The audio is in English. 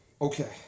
Okay